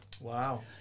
Wow